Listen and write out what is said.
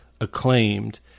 acclaimed